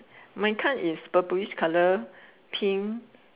my card is Burberry's colour pink